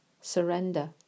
surrender